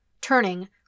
Turning